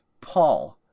Paul